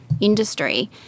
industry